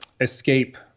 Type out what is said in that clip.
escape